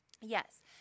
Yes